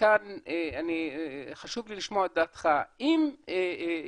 וכאן חשוב לי לשמוע את דעתך, אם תורחב